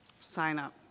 sign-up